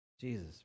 Jesus